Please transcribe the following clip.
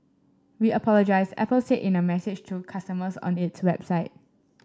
we apologise Apple said in a message to customers on its website